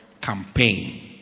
campaign